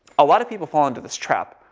a lot of people fall into this trap,